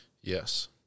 Yes